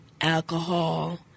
alcohol